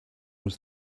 was